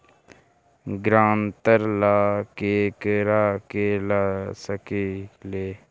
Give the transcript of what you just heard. ग्रांतर ला केकरा के ला सकी ले?